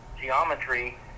geometry